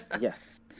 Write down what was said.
Yes